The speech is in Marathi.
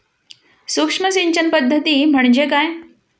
सूक्ष्म सिंचन पद्धती म्हणजे काय?